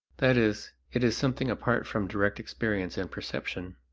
that is, it is something apart from direct experience and perception.